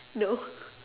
no